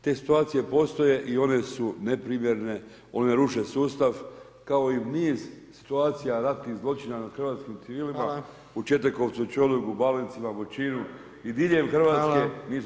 Te situacije postoje i one su neprimjerene, one ruše sustav, kao i niz situacija, ratnih zločina, nad hrvatskim civilima u Četikovcu, … Balencima, Voćinu i diljem Hrvatske, nisu